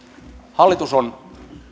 hallitus on